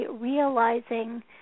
realizing